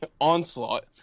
onslaught